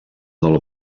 del